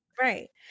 Right